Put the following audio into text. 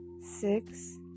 six